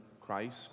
Christ